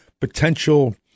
potential